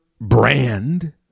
brand